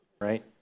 right